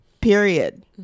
period